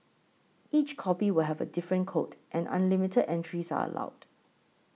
each copy will have a different code and unlimited entries are allowed